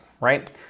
right